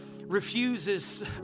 refuses